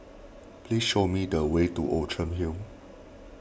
please show me the way to Outram Hill